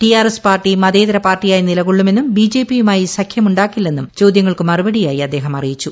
TRS party മതേതര പാർട്ടിയായി നിലകൊള്ളുമെന്നും ബിജെപിയുമായി സഖ്യമുണ്ടാക്കില്ലെന്നും ചോദ്യങ്ങൾക്ക് മറുപടിയായി അദ്ദേഹം അറിയിച്ചു